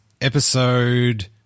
episode